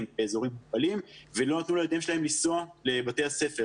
באזורים מוגבלים ולא נתנו לילדים שלהם לנסוע לבתי הספר.